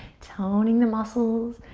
toning the muscles.